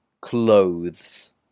clothes